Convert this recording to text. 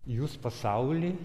jūs pasauly